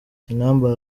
kinamba